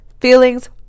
Feelings